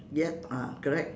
yup ah correct